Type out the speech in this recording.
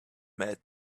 met